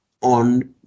on